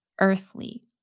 Earthly